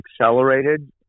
accelerated